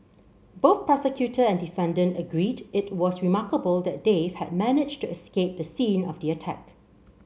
both prosecutor and defendant agreed it was remarkable that Dave had managed to escape the scene of the attack